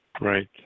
Right